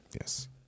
yes